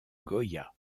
goya